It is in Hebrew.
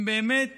הם באמת